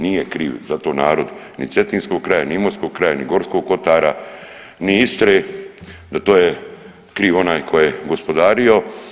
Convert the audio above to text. Nije kriv za to narod ni cetinskog kraja ni imotskog kraja ni Gorskog kotara, ni Istre za to je kriv onaj ko je gospodario.